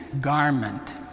garment